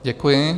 Děkuji.